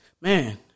Man